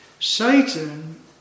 Satan